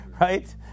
right